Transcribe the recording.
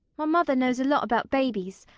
my mother knows a lot about babies.